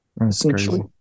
Essentially